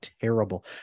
Terrible